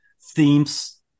themes